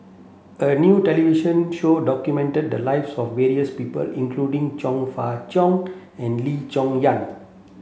a new television show documented the lives of various people including Chong Fah Cheong and Lee Cheng Yan